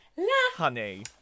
Honey